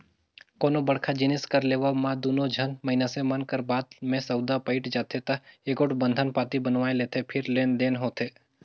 कोनो बड़का जिनिस कर लेवब म दूनो झन मइनसे मन कर बात में सउदा पइट जाथे ता एगोट बंधन पाती बनवाए लेथें फेर लेन देन होथे